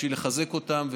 בשביל לחזק אותם,